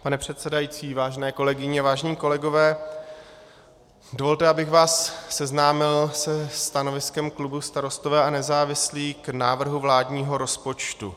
Pane předsedající, vážené kolegyně, vážení kolegové, dovolte, abych vás seznámil se stanoviskem klubu Starostové a nezávislí k návrhu vládního rozpočtu.